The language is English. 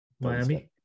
Miami